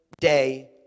Day